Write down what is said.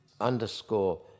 underscore